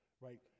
right